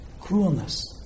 Cruelness